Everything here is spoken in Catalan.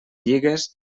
lligues